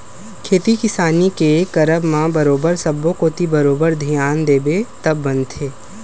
खेती किसानी के करब म बरोबर सब्बो कोती बरोबर धियान देबे तब बनथे